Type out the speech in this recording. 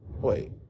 Wait